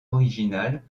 originale